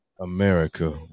America